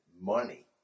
money